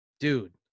Dude